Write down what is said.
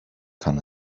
kann